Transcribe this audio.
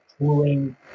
touring